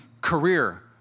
career